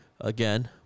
again